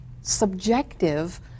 subjective